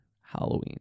Halloween